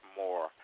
more